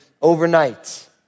Overnight